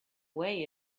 way